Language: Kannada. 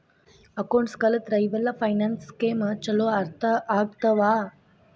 ಅಕೌಂಟ್ಸ್ ಕಲತ್ರ ಇವೆಲ್ಲ ಫೈನಾನ್ಸ್ ಸ್ಕೇಮ್ ಚೊಲೋ ಅರ್ಥ ಆಗ್ತವಾ